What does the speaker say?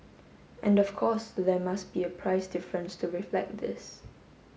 and of course there must be a price difference to reflect this